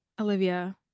Olivia